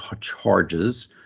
charges